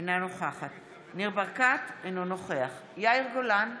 אינה נוכחת ניר ברקת, אינו נוכח יאיר גולן,